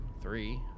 three